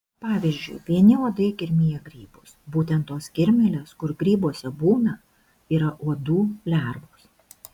pavyzdžiui vieni uodai kirmija grybus būtent tos kirmėlės kur grybuose būna yra uodų lervos